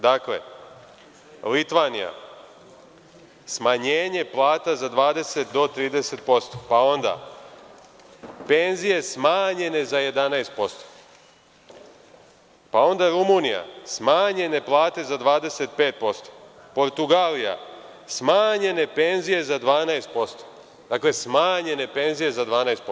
Dakle, Litvanija, smanjenje plata za 20 do 30%, pa onda penzije smanjene za 11%, pa onda Rumunija smanjene plate za 25%, Portugalija smanjene penzije za 12%, dakle, smanjene penzije za 12%